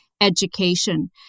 education